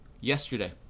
yesterday